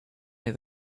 near